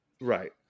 right